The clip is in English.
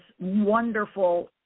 wonderful